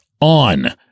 on